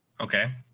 Okay